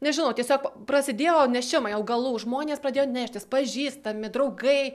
nežinau tiesiog prasidėjo nešimai augalų žmonės pradėjo neštis pažįstami draugai